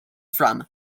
from